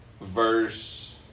Verse